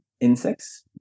insects